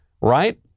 Right